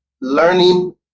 learning